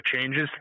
changes